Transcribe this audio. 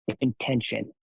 intention